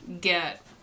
get